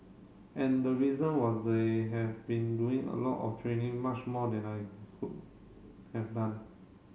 and the reason was they have been doing a lot of training much more than I could have done